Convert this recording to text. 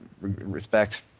respect